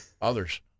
others